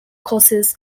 courses